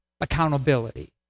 accountability